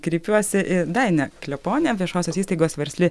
kreipiuosi į dainą kleponę viešosios įstaigos versli